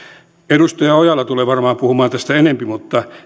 edustaja ojala niemelä tulee varmaan puhumaan tästä enempi mutta